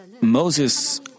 Moses